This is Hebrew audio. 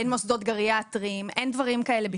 אין מוסדות גריאטריים, אין דברים כאלה בכלל.